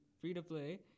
free-to-play